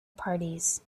parties